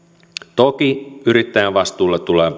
toki yrittäjän vastuulle tulee